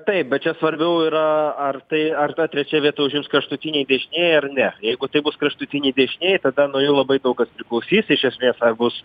taip bet čia svarbiau yra ar tai ar tą trečią vietą užims kraštutiniai dešinieji ar ne jeigu tai bus kraštutiniai dešinieji tada nuo jų labai daug kas priklausys iš esmės ar bus